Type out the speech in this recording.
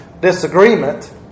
disagreement